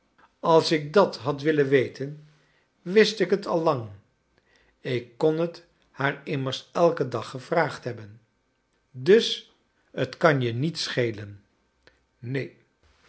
als ik dat had willen weten wist ik het a lang ik kon het haar immexs elken dag gevraagd hebben dus t kan je uiet schelen neen